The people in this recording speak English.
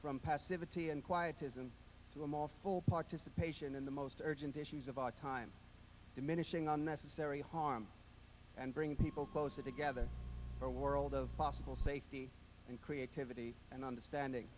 from passive a t and quietism to a mall full participation in the most urgent issues of our time diminishing on necessary harm and bring people closer together for a world of possible safety and creativity and understanding